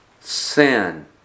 sin